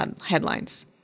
headlines